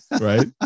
right